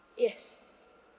yes